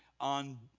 on